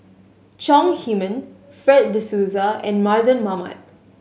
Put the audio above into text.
Chong Heman Fred De Souza and Mardan Mamat